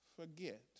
forget